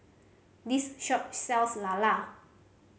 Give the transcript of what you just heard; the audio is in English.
this shop sells lala